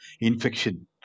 infection